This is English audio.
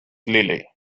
lilley